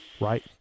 Right